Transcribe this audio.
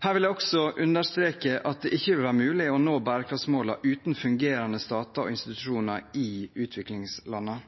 Her vil jeg også understreke at det ikke vil være mulig å nå bærekraftsmålene uten fungerende stater og institusjoner i utviklingslandene.